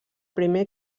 primer